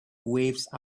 waves